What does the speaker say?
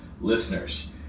listeners